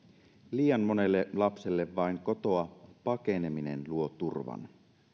liian monelle lapselle vain kotoa pakeneminen luo turvan